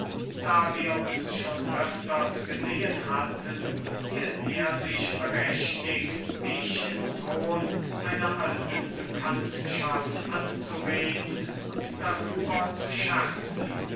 da wir uns schon öfters gesehen hatten hielt er sich berechtigt mich im ton einer alten bekanntschaft anzureden und darüber zu scherzen